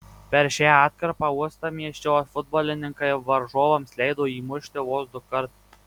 per šią atkarpą uostamiesčio futbolininkai varžovams leido įmušti vos dukart